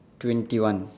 twenty one